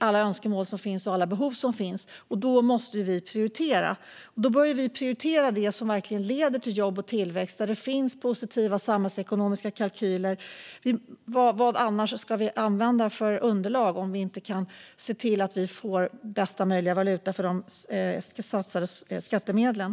alla önskemål och behov som finns. Därför måste vi prioritera, och vi bör prioritera sådant som verkligen leder till jobb och tillväxt och till sådant som har positiva samhällsekonomiska kalkyler. Vad annars ska vi använda för underlag? Vi måste se till att vi får bästa möjliga valuta för satsade skattemedel.